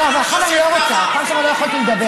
טוב, אני לא רוצה, בפעם שעברה לא יכולתי לדבר.